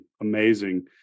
amazing